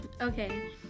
okay